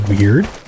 Weird